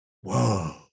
whoa